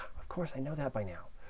of course i know that by now.